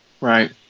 Right